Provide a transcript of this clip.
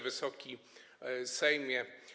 Wysoki Sejmie!